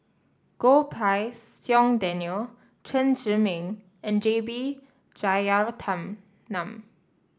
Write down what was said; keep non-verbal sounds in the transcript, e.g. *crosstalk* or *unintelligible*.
Goh Pei Siong Daniel Chen Zhiming and J B *unintelligible* nun